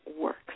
works